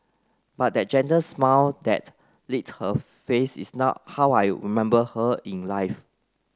but that gentle smile that lit her face is now how I you remember her in life